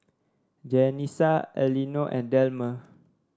Janessa Elinor and Delmer